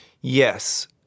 Yes